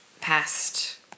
past